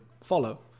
follow